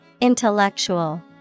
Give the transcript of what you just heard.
Intellectual